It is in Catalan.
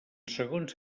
segons